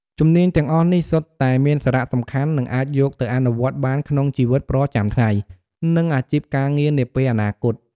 ជំនាញទាំងអស់នេះសុទ្ធតែមានសារៈសំខាន់ និងអាចយកទៅអនុវត្តបានក្នុងជីវិតប្រចាំថ្ងៃ និងអាជីពការងារនាពេលអនាគត។